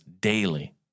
daily